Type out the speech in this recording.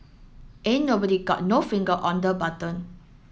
ain't nobody got no finger on the button